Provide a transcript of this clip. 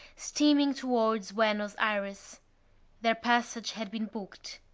steaming towards buenos ayres. their passage had been booked.